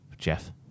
Jeff